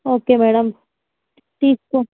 okay madam తీసుకో